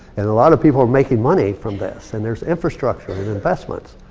and a lot of people are making money from this. and there's infrastructure and investments.